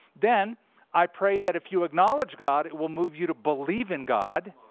then i pray that if you acknowledge god, it will move you to believe in god.